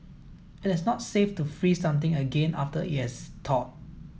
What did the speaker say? it is not safe to freeze something again after it has thawed